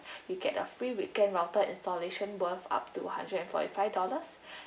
you get a free weekend router installation worth up to hundred and forty-five dollars